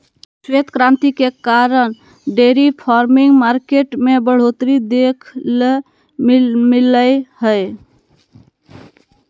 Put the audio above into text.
श्वेत क्रांति के कारण डेयरी फार्मिंग मार्केट में बढ़ोतरी देखे ल मिललय हय